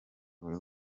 buri